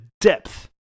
depth